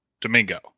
Domingo